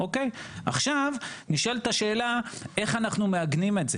עכשיו נשאלת השאלה איך אנחנו מעגנים את זה